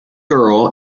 girl